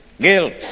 guilt